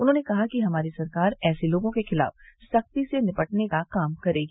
उन्होंने कहा कि हमारी सरकार ऐसे लोगों के खिलाफ सख्ती से निपटने का काम करेगी